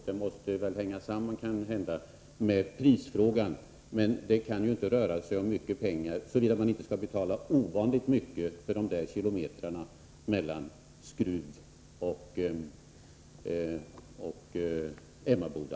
Det hänger kanhända samman med prisfrågan, men det kan Tisdagen den ju inte röra sig om mycket pengar, såvida man inte skall betala ovanligt — 20 mars 1984 mycket för kilometrarna mellan Skruv och Emmaboda.